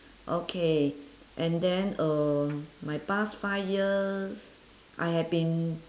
okay and then um my past five years I have been